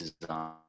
design